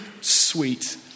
sweet